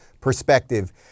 perspective